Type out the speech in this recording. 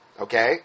okay